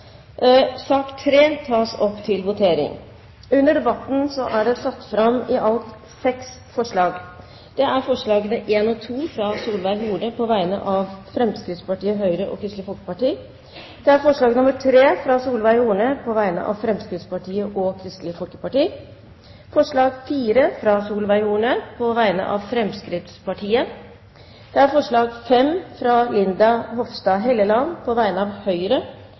sak nr. 2 foreligger det ikke noe voteringstema. Under debatten er det satt fram seks forslag. Det er forslag nr. 1 og 2, fra Solveig Horne på vegne av Fremskrittspartiet, Høyre og Kristelig Folkeparti forslag nr. 3, fra Solveig Horne på vegne av Fremskrittspartiet og Kristelig Folkeparti forslag nr. 4, fra Solveig Horne på vegne av Fremskrittspartiet forslag nr. 5, fra Linda C. Hofstad Helleland på vegne av Høyre